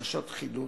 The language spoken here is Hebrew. בקשות חילוט,